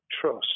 trust